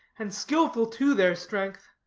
and skilful to their strength,